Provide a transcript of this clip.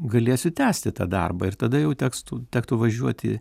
galėsiu tęsti tą darbą ir tada jau tekstų tektų važiuoti